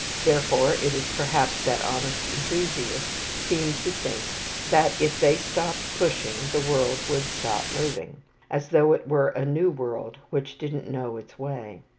therefore it is perhaps that honest enthusiasts seem to think that if they stopped pushing, the world would stop moving as though it were a new world which didn't know its way.